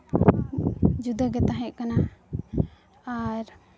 ᱡᱩᱫᱟᱹᱜᱮ ᱛᱟᱦᱮᱸ ᱠᱟᱱᱟ ᱟᱨ